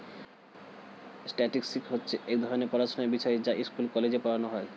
statistics হচ্ছে এক ধরণের পড়াশোনার বিষয় যা স্কুলে, কলেজে পড়ানো হয়